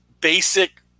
basic